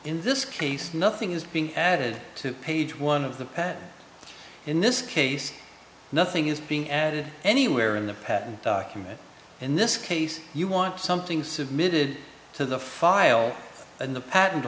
in this case nothing is being added to page one of the patent in this case nothing is being added anywhere in the patent document in this case you want something submitted to the file in the patent